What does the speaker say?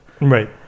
Right